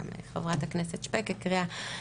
גם חברת הכנסת שפק הקריאה,